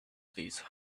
these